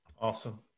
Awesome